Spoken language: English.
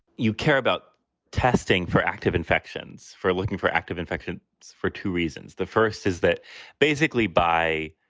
you care about testing for active infections, for looking for active infection for two reasons. the first is that basically by